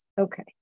okay